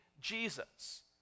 Jesus